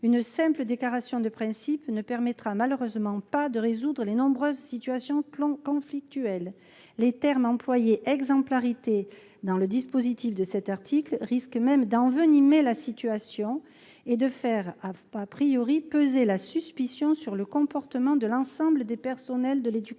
une simple déclaration de principe ne permettra malheureusement pas de résoudre les nombreuses situations conflictuelles. Les termes employés dans le dispositif de l'article, comme celui d'« exemplarité », risquent même d'envenimer les relations et de faire peser la suspicion sur le comportement de l'ensemble des personnels de l'éducation